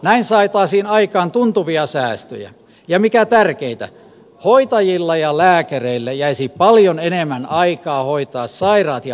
näin saataisiin aikaan tuntuvia säästöjä ja mikä tärkeintä hoitajilla ja lääkäreillä jäisi paljon enemmän aikaa hoitaa sairaat ja vanhukset